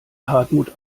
hartmut